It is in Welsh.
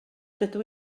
dydw